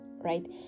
right